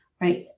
right